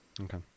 Okay